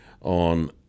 on